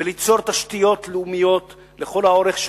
וליצור תשתיות לאומיות לכל האורך,